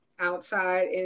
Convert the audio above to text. Outside